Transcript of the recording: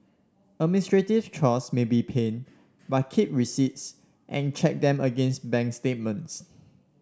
administrative chores may be pain but keep receipts and check them against bank statements